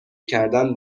کردن